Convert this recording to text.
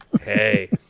Hey